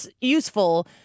useful